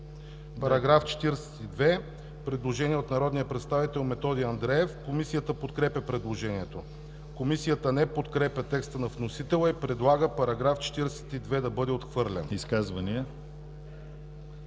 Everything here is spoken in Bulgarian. По § 42 – предложение от народния представител Методи Андреев. Комисията подкрепя предложението. Комисията не подкрепя текста на вносителя и предлага § 42 да бъде отхвърлен. ПРЕДСЕДАТЕЛ